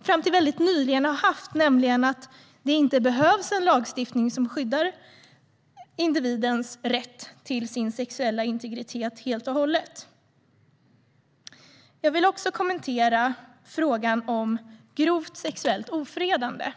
fram till väldigt nyligen har haft, nämligen att det inte behövs en lagstiftning som skyddar individens rätt till sin sexuella integritet helt och hållet. Jag vill också kommentera frågan om grovt sexuellt ofredande.